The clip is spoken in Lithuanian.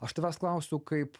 aš tavęs klausiu kaip